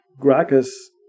Gracchus